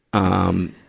um,